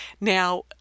Now